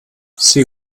she